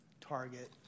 target